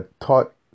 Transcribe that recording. taught